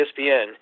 ESPN